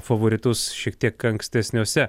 favoritus šiek tiek ankstesniuose